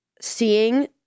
seeing